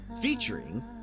featuring